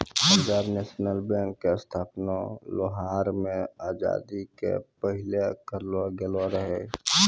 Punjab National Bank के स्थापना लाहौर मे आजादी के पहिले करलो गेलो रहै